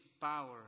power